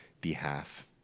behalf